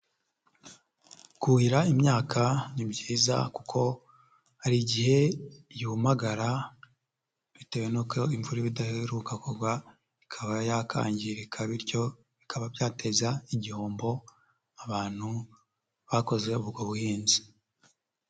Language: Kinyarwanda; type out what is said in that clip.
Kuhira imyaka ni byiza kuko hari igihe yumagara bitewe n'uko imvura idaheruka kugwa, ikaba yakangirika bityo bikaba byateza igihombo abantu bakoze ubwo buhinzi.